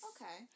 Okay